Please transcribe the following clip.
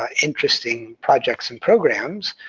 um interesting projects and programs,